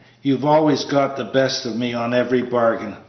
you've always got the best of me on every bargain,